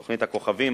תוכנית הכוכבים,